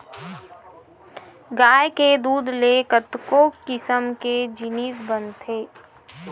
गाय के दूद ले कतको किसम के जिनिस बनथे